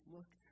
Look